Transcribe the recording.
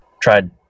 tried